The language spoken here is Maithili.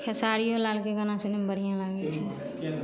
खेसारियो लालके गाना सुनैमे बढ़िआँ लागै छै